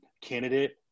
candidate